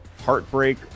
Heartbreak